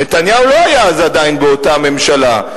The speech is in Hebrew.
נתניהו לא היה אז עדיין באותה ממשלה,